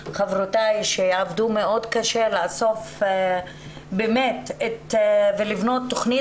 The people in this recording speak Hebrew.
חברותיי שעבדו מאוד קשה לאסוף ולבנות תכנית